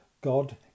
God